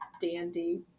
dandy